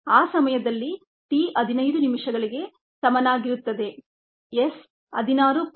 ಆ ಸಮಯದಲ್ಲಿ t 15 ನಿಮಿಷಗಳಿಗೆ ಸಮನಾಗಿರುತ್ತದೆ s 16